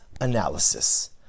analysis